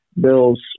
bills